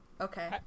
Okay